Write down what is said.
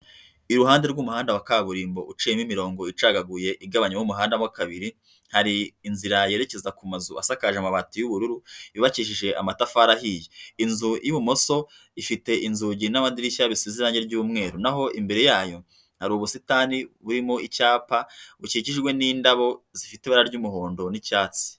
Iruhande rw'umuhanda wa kaburimbo uciyemo imirongo icagaguye igabanyamo umuhanda mo kabiri, hari inzira yerekeza ku mazu asakaje amabati y'ubururu yubakijije amatafari ahiye. Inzu y'ibumoso, ifite inzugi n'amadirishya bisize irangi ry'umweru. Naho imbere yayo hari ubusitani burimo icyapa bukikijwe n'indabo zifite ibara ry'umuhondo n'icyatsi.